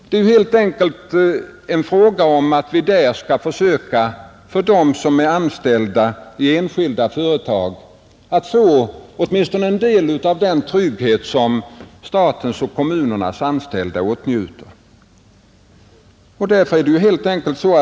Det är helt enkelt en fråga om att vi skall försöka att låta de anställda i enskilda företag få åtminstone en del av den trygghet som statens och kommunernas anställda åtnjuter.